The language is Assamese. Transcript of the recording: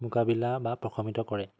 মোকাবিলা বা প্ৰশমিত কৰে